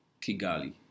Kigali